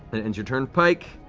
that ends your turn, pike.